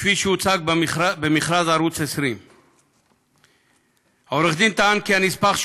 כפי שהוצג במכרז ערוץ 20. עורך-הדין טען כי הנספח,